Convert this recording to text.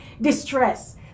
distress